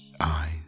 eyes